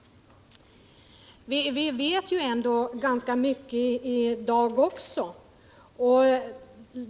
Vi har redan i dag ganska stora kunskaper om detta.